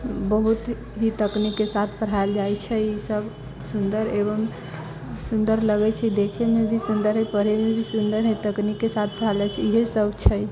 बहुत ही तकनीकके साथ पढ़ायल जाइत छै ईसभ सुन्दर एवं सुन्दर लगैत छै देखयमे भी सुन्दर हइ पढ़यमे भी सुन्दर हइ तकनीकके साथ पढ़ायल जाइत छै इएहसभ छै